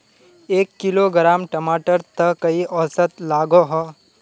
एक किलोग्राम टमाटर त कई औसत लागोहो?